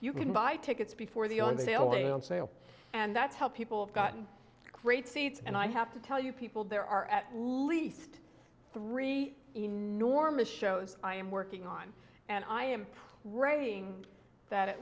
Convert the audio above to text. you can buy tickets before the on they'll play on sale and that's how people have gotten great seats and i have to tell you people there are at least three enormous shows i am working on and i am reading that at